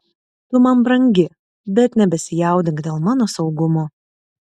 tu man brangi bet nebesijaudink dėl mano saugumo